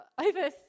over